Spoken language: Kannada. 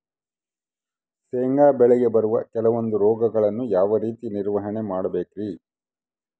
ಶೇಂಗಾ ಬೆಳೆಗೆ ಬರುವ ಕೆಲವೊಂದು ರೋಗಗಳನ್ನು ಯಾವ ರೇತಿ ನಿರ್ವಹಣೆ ಮಾಡಬೇಕ್ರಿ?